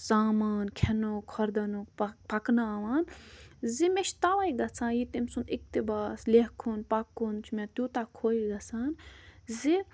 سامان کھیٚنُک کھۄردنُک پک پَکناوان زِ مےٚ چھِ تَوے گَژھان یہِ تٔمۍ سُنٛد اِقتِباس لیکھُن پَکُن چھُ مےٚ تیوٗتاہ خۄش گژھان زِ